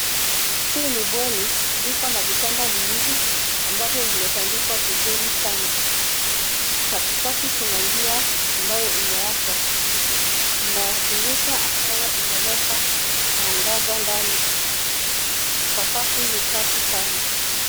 Hii ni bweni iko na vitanda viwili ambavyo vimetandikwa vizuri sana. Katikati kuna njia ambayo imewachwa . Kuna dirisha ambayo inaleta mwangaza ndani. Sakafu ni safi sana.